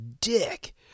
dick